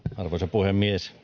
puhemies